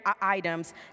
items